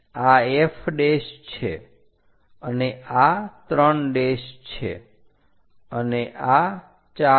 આ F છે અને આ 3 છે અને આ 4 છે